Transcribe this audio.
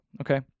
okay